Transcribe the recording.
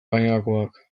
gainerakoak